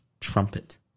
trumpet